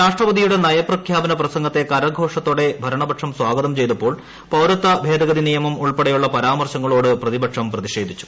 രാഷ്ട്രപതിയുടെ നയപ്രഖ്യാപന പ്രസംഗത്തെ കരഘോഷത്തോടെ ഭരണപക്ഷം സ്വാഗതം ചെയ്തപ്പോൾ പൌരത്വ ഭേദഗതി നിയമം ഉൾപ്പെടെയുള്ള പരാമർശങ്ങളോട് പ്രതിപക്ഷം പ്രതിഷേധിച്ചു